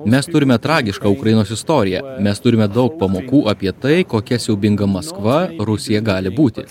mes turime tragišką ukrainos istoriją mes turime daug pamokų apie tai kokia siaubinga maskva rusija gali būti